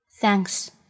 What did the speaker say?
Thanks